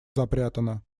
запрятана